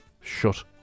shut